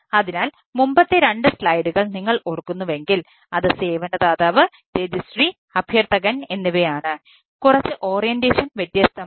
അതിനാൽ മുമ്പത്തെ രണ്ട് സ്ലൈഡുകൾ വ്യത്യസ്തമാണ്